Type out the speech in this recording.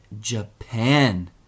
Japan